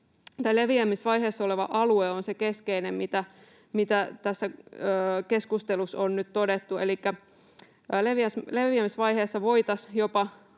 leviämisvaiheessa oleva alue on se keskeinen, mitä tässä keskustelussa on nyt todettu. Elikkä leviämisvaiheessa voitaisiin jopa